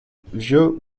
vieux